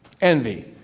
Envy